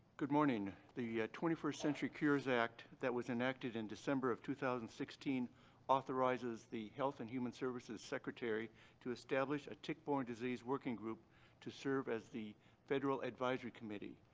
good morning. the twenty first century cures act that was enacted in december of two thousand and sixteen authorizes the health and human services secretary to establish a tick-borne disease working group to serve as the federal advisory committee.